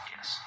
Yes